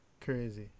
Crazy